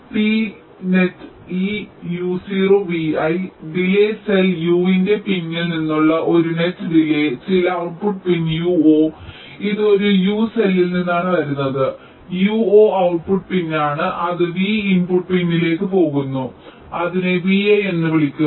T net e uo vi delay cell u ന്റെ പിൻയിൽ നിന്നുള്ള ഒരു നെറ്റ് ഡിലേയ് ചില ഔട്ട്പുട്ട് പിൻ u0 ഇത് ഒരു u സെല്ലിൽ നിന്നാണ് വരുന്നത് u0 ഔട്ട്പുട്ട് പിൻ ആണ് അത് v ഇൻപുട്ട് പിൻയിലേക്ക് പോകുന്നു അതിനെ vi എന്ന് വിളിക്കുന്നു